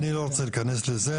אני לא רוצה להיכנס לזה.